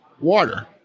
water